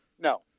No